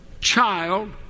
child